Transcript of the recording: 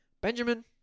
Benjamin